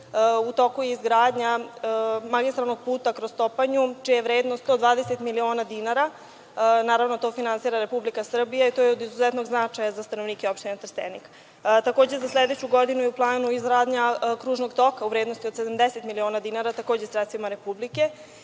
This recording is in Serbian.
U toku je izgradnja magistralnog puta kroz Topanju, čija je vrednost 120 miliona dinara, naravno to finansira Republika Srbija, i to je od izuzetnog značaja za stanovnike opštine Trstenik. Takođe, za sledeću godinu je u planu izgradnja kružnog toka u vrednosti od 70 miliona dinara, takođe sredstvima Republike.